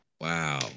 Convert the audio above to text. wow